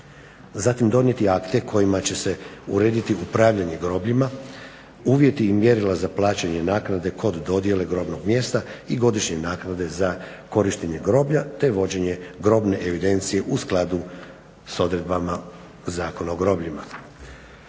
Zatim donijeti akte kojima će se urediti upravljanje grobljima, uvjeti i mjerila za plaćanje naknade kod dodjele grobnog mjesta i godišnje naknade za korištenje groblja te vođenje grobne evidencije u skladu s odredbama Zakona o grobljima.